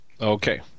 okay